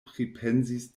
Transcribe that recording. pripensis